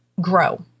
grow